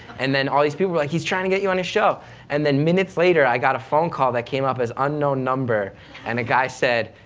and all these people are like he's trying to get you on his show and then minutes later i got a phone call that came up as unknown number and a guy said,